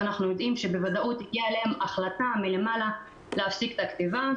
ואנחנו יודעים שבוודאות הגיעה אליהם החלטה מלמעלה להפסיק את הכתיבה.